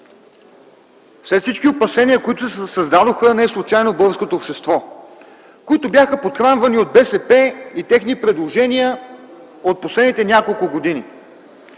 след всички опасения, които се създадоха, неслучайно в българското общество, които бяха подхранвани от БСП и техни предложения от последните няколко години,